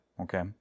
okay